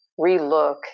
relook